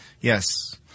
Yes